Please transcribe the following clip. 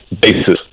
basis